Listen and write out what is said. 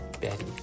Betty